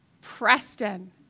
Preston